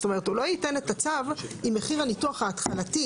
זאת אומרת הוא לא ייתן את הצו אם מחיר הניתוח ההתחלתי,